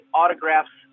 autographs